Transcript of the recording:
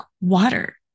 water